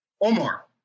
Omar